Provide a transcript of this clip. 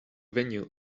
venue